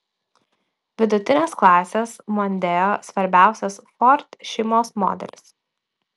vidutinės klasės mondeo svarbiausias ford šeimos modelis